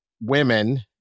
women